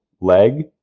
leg